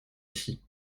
ici